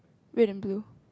red and blue